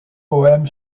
poème